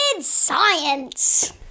science